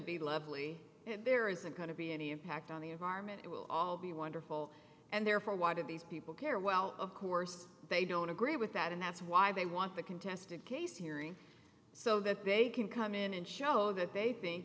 be lovely and there isn't going to be any impact on the environment it will all be wonderful and therefore why do these people care well of course they don't agree with that and that's why they want the contested case hearing so that they can come in and show that they think